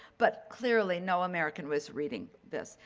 but clearly. no american was reading this.